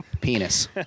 penis